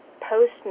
post